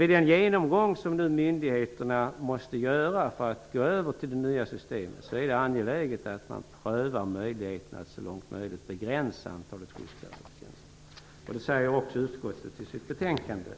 Vid den genomgång som myndigheterna nu måste göra för att kunna gå över till det nya systemet är det dock angeläget att man prövar möjligheterna att så långt det går begränsa antalet skyddsklassade tjänster. Det säger också utskottet i sitt betänkande.